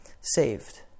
saved